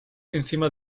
encima